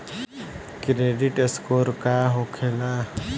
Credit score का होखेला?